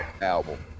album